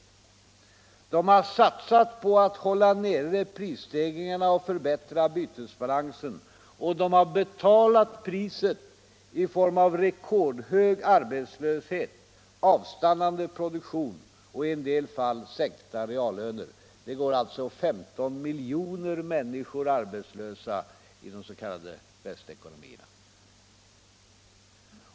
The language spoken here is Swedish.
De har satsat på att hålla nere prisstegringarna och förbättra bytesbalansen, och de har betalat priset i form av rekordhög arbetslöshet, avstannande produktion och i en del fall sänkta reallöner. Det går alltså 15 miljoner människor arbetslösa i de s.k. västekonomierna.